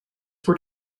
were